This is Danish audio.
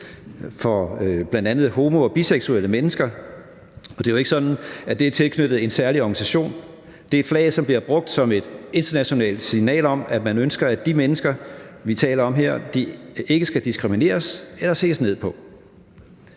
for bl.a. homo- og biseksuelle mennesker, og det er jo ikke sådan, at det er tilknyttet en særlig organisation. Det er et flag, som bliver brugt som et internationalt signal om, at man ønsker, at de mennesker, vi taler om her, ikke skal diskrimineres eller ses ned på.